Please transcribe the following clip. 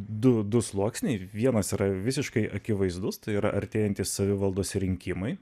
du du sluoksniai vienas yra visiškai akivaizdus tai yra artėjantys savivaldos rinkimai